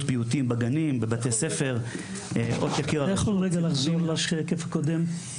פיוטים בגנים ובבתי הספר --- אפשר לחזור לשקף הקודם?